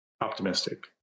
optimistic